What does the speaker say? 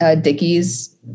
Dickie's